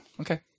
okay